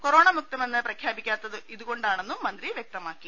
corona മുക്തമെന്ന് പ്രഖ്യാപിക്കാ ത്തത് ഇതുകൊണ്ടാണെന്നും മന്ത്രി വൃക്തമാക്കി